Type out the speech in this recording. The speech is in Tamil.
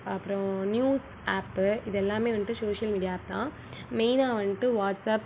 அப்புறம் நியூஸ் ஆப்பு இதெல்லாமே வந்துட்டு சோஷியல் மீடியா ஆப் தான் மெயினாக வந்துட்டு வாட்ஸ்அப்